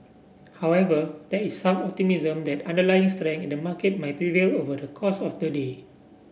however there is some optimism that underlying strength in the market might prevail over the course of the day